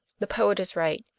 the poet is right.